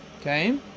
Okay